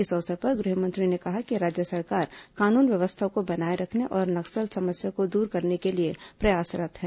इस अवसर पर गृहमंत्री ने कहा कि राज्य सरकार कानून व्यवस्था को बनाये रखने और नक्सल समस्या को दूर करने के लिए प्रयासरत है